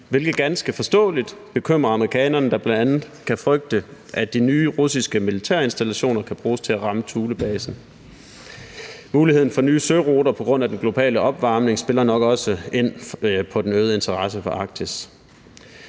hvilket ganske forståeligt bekymrer amerikanerne, der bl.a. kan frygte, at de nye russiske militære installationer kan bruges til at ramme Thulebasen. Muligheden for nye sejlruter på grund af den globale opvarmning spiller nok også ind på den øgede interesse for Arktis.